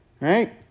right